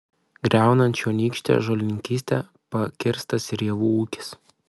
griaunant čionykštę žolininkystę pakirstas ir javų ūkis